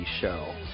show